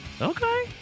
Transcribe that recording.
Okay